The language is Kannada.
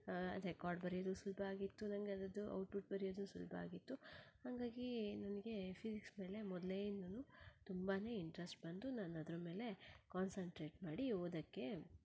ರೆಕಾರ್ಡ್ ಬರಿಯೋದು ಸುಲಭ ಆಗಿತ್ತು ನನಗೆ ಅದರದ್ದು ಔಟ್ಪುಟ್ ಬರಿಯೋದು ಸುಲಭ ಆಗಿತ್ತು ಹಾಗಾಗಿ ನನಗೆ ಫಿಸಿಕ್ಸ್ ಮೇಲೆ ಮೊದಲಿಂದನೂ ತುಂಬಾನೇ ಇಂಟ್ರೆಸ್ಟ್ ಬಂದು ನಾನು ಅದರ ಮೇಲೆ ಕಾನ್ಸನ್ಟ್ರೇಟ್ ಮಾಡಿ ಓದಕ್ಕೆ